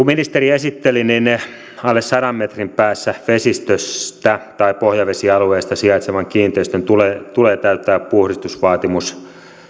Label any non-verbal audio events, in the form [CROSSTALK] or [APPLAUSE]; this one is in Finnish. [UNINTELLIGIBLE] ministeri esitteli niin alle sadan metrin päässä vesistöstä tai pohjavesialueesta sijaitsevan kiinteistön tulee tulee täyttää puhdistusvaatimus